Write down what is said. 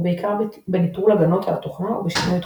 ובעיקר בניטרול הגנות על התוכנה ובשינוי תכונות.